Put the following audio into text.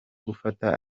gufata